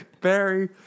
Barry